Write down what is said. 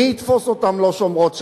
מי יתפוס אותן לא שומרות שבת?